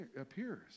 appears